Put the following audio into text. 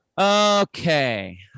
Okay